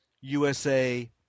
usa